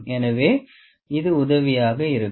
எனவே இது உதவியாக இருக்கும்